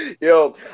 Yo